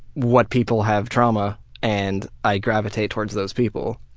what people have trauma and i gravitate toward those people,